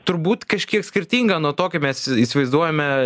turbūt kažkiek skirtinga nuo to kaip mes įsi įsivaizduojame